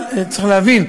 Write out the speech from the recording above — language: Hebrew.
אבל צריך להבין,